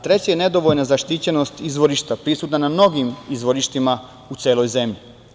Treća je nedovoljna zaštićenost izvorišta, prisutna na mnogim izvorištima u celoj zemlji.